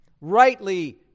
Rightly